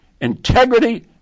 integrity